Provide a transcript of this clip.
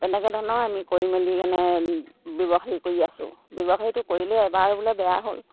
তেনেকে ধৰণৰ আমি কৰি মেলি কেনে ব্যৱসায়ী কৰি আছোঁ ব্যৱসায়ীটো কৰিলেই এবাৰ বোলে বেয়া হ'ল